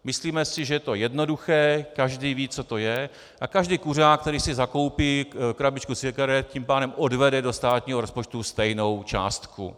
Myslíme si, že je to jednoduché, každý ví, co to je, a každý kuřák, který si zakoupí krabičku cigaret, tím pádem odvede do státního rozpočtu stejnou částku.